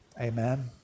Amen